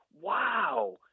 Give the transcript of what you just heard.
wow